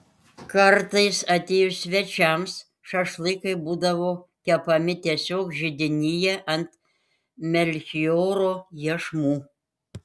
kartais atėjus svečiams šašlykai būdavo kepami tiesiog židinyje ant melchioro iešmų